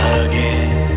again